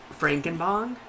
Frankenbong